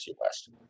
West